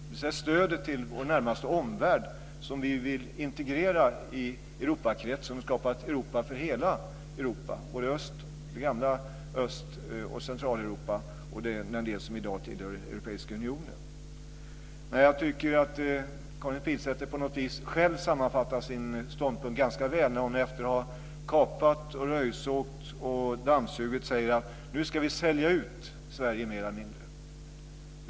Det handlar om stödet till vår närmaste omvärld som vi vill integrera i Europakretsen för att skapa ett Europa för både det gamla Öst och Centraleuropa och den del som i dag tillhör Europeiska unionen. Jag tycker att Karin Pilsäter själv sammanfattar sin ståndpunkt ganska väl när hon, efter att ha kapat, röjsågat och dammsugit, säger att nu ska vi sälja ut Sverige mer eller mindre.